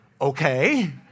okay